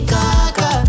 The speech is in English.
Gaga